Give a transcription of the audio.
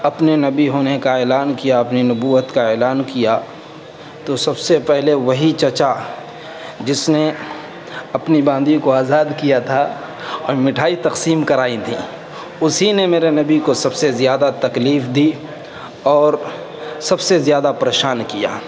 اپنے نبی ہونے کا اعلان کیا اپنی نبوت کا اعلان کیا تو سب سے پہلے وہی چچا جس نے اپنی باندی کو آزاد کیا تھا اور مٹھائی تقسیم کرائیں تھیں اسی نے میرے نبی کو سب سے زیادہ تکلیف دی اور سب سے زیادہ پریشان کیا